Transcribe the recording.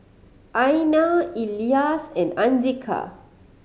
Aina Elyas and Andika